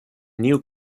new